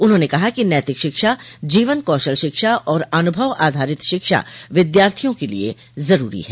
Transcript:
उन्होंने कहा कि नैतिक शिक्षा जीवन कौशल शिक्षा और अनुभव आधारित शिक्षा विद्यार्थियों के लिए ज़रूरी है